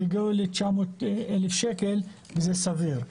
יגיעו ל-900 אלף שקל וזה סביר.